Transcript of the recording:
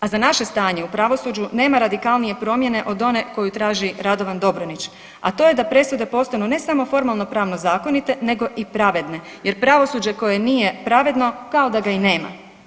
A za naše stanje u pravosuđu nema radikalnije od one koju traži Radovan Dobronić a to je da presude postanu ne samo formalno-pravno zakonite nego i pravedne jer pravosuđe koje nije pravedno, kao da ga i nema.